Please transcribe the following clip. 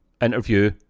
interview